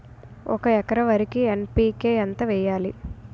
ఒక ఎకర వరికి ఎన్.పి.కే ఎంత వేయాలి?